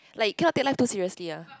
like you kind of take life too seriously ah